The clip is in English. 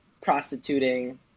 prostituting